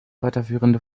weiterführende